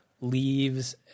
leaves